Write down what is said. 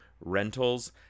rentals